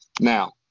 Now